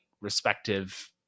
respective